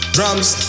Drums